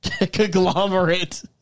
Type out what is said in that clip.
Conglomerate